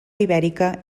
ibèrica